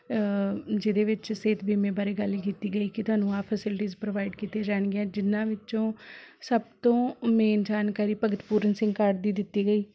ਜਿਹਦੇ ਵਿੱਚ ਸਿਹਤ ਬੀਮੇ ਬਾਰੇ ਗੱਲ ਕੀਤੀ ਗਈ ਕਿ ਤੁਹਾਨੂੰ ਆਹ ਫੈਸਿਲਿਟੀਜ ਪ੍ਰੋਵਾਈਡ ਕੀਤੀਆਂ ਜਾਣਗੀਆਂ ਜਿੰਨਾਂ ਵਿੱਚੋਂ ਸਭ ਤੋਂ ਮੇਨ ਜਾਣਕਾਰੀ ਭਗਤ ਪੂਰਨ ਸਿੰਘ ਕਾਰਡ ਦੀ ਦਿੱਤੀ ਗਈ